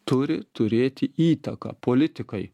turi turėti įtaką politikai